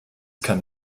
kann